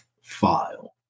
file